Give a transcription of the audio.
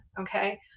Okay